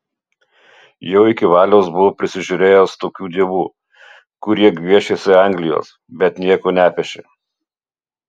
jau iki valios buvau prisižiūrėjęs tokių dievų kurie gviešėsi anglijos bet nieko nepešė